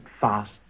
fast